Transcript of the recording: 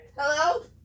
Hello